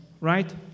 right